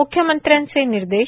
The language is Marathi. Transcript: म्ख्यमंत्र्यांचे निर्देश